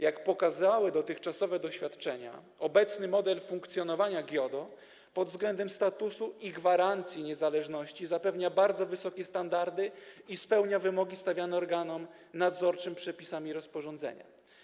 Jak pokazały dotychczasowe doświadczenia, obecny model funkcjonowania GIODO pod względem statusu i gwarancji niezależności zapewnia bardzo wysokie standardy i spełnia wymogi stawiane organom nadzorczym przepisami rozporządzenia.